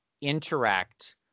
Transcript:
interact